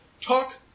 talk